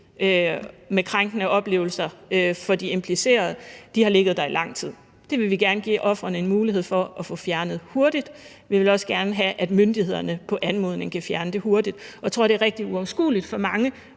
med krænkende oplevelser for de implicerede, har ligget der i lang tid. Det vil vi gerne give ofrene en mulighed for at få fjernet hurtigt, og vi vil også gerne have, at myndighederne på anmodning kan fjerne det hurtigt. Jeg tror, det er rigtig uoverskueligt for mange,